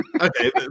Okay